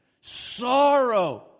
Sorrow